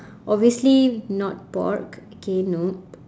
obviously not pork okay nope